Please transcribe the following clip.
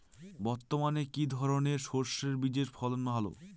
বর্তমানে কি ধরনের সরষে বীজের ফলন ভালো?